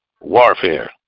warfare